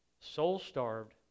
soul-starved